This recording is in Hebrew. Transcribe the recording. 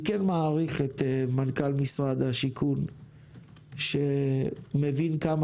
אני מעריך את מנכ"ל משרד השיכון שמבין עד כמה